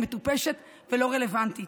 מטופשת ולא רלוונטית.